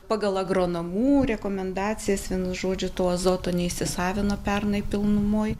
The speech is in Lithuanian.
pagal agronomų rekomendacijas vienu žodžiu to azoto neįsisavino pernai pilnumoj